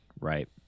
right